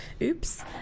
oops